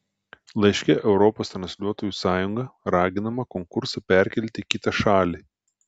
laiške europos transliuotojų sąjunga raginama konkursą perkelti į kitą šalį